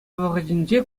вӑхӑтӗнче